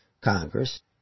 Congress